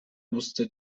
musste